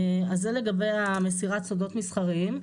זה לגבי מסירת סודות מסחריים.